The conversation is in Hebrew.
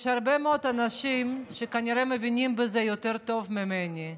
יש הרבה מאוד אנשים שכנראה מבינים בזה יותר טוב ממני.